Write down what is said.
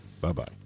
Bye-bye